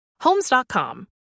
Homes.com